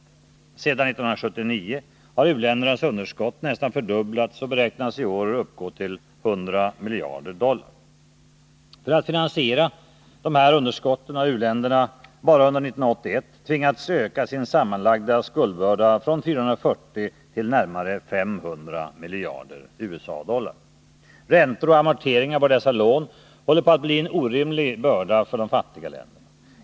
Sedan 1979 har u-ländernas underskott nästan fördubblats och beräknas i år uppgå till 100 miljarder dollar. För att finansiera dessa underskott har u-länderna bara under 1981 tvingats öka sin sammanlagda skuldbörda från 440 till närmare 500 miljarder USA-dollar. Räntor och amorteringar på dessa lån håller på att bli en orimlig börda för u-länderna.